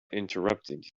interrupted